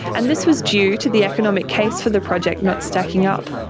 and this was due to the economic case for the project not stacking up.